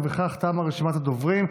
בכך תמה רשימת הדוברים.